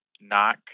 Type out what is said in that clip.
Knock